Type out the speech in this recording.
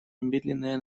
немедленное